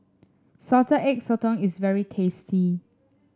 Salted Egg Sotong is very tasty